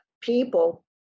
people